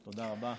תודה רבה.